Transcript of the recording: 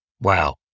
Wow